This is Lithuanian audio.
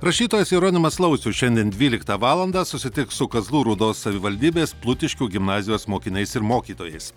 rašytojas jeronimas laucius šiandien dvyliktą valandą susitiks su kazlų rūdos savivaldybės plutiškių gimnazijos mokiniais ir mokytojais